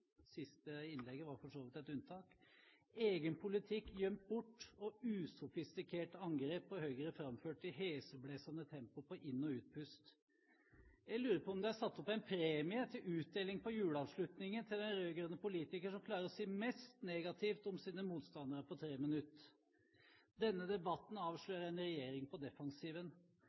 siste innlegg var for så vidt et unntak – og egen politikk gjemt bort og usofistikerte angrep på Høyre framført i heseblesende tempo på inn- og utpust. Jeg lurer på om det er satt opp en premie til utdeling på juleavslutningen til den rød-grønne politiker som klarer å si mest negativt om sine motstandere på 3 minutter. Denne debatten avslører en regjering på defensiven.